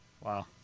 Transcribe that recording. Wow